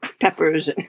peppers